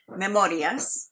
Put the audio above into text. Memorias